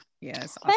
Yes